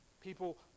People